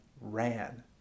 ran